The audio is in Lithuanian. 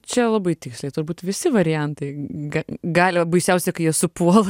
čia labai tiksliai turbūt visi variantai ga gali baisiausia kai jie supuola